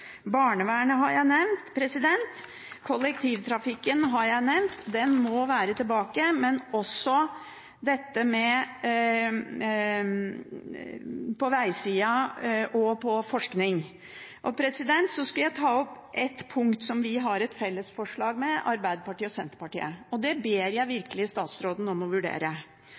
Barnevernet har jeg nevnt, og kollektivtrafikken har jeg nevnt, den må være tilbake, men også veisida og forskningen må være med. Så skal jeg ta opp ett punkt der vi har et felles forslag med Arbeiderpartiet og Senterpartiet. Det ber jeg statsråden om virkelig å vurdere.